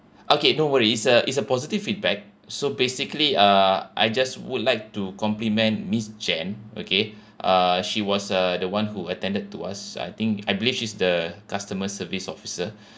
okay no worries it's a it's a positive feedback so basically uh I just would like to compliment miss jane okay uh she was uh the one who attended to us I think I believe she's the customer service officer